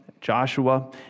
Joshua